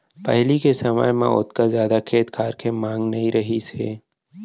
पहिली के समय म ओतका जादा खेत खार के मांग नइ रहिस हे